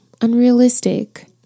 unrealistic